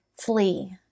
flee